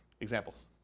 examples